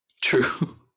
True